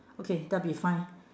okay that'll be fine